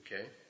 Okay